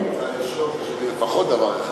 יש לפחות דבר אחד,